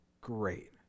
great